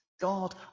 God